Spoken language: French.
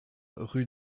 rue